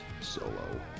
solo